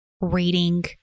reading